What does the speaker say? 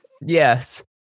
Yes